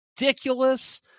ridiculous